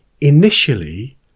initially